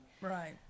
Right